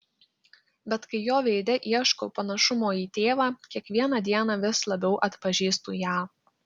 bet kai jo veide ieškau panašumo į tėvą kiekvieną dieną vis labiau atpažįstu ją